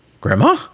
Grandma